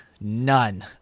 None